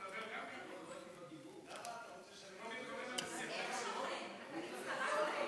בפתח דברי ועוד לפני שאגש לתקציב אני רוצה לומר לכם,